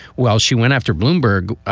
well, she went after bloomberg, ah